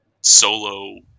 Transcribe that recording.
solo